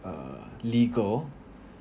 uh legal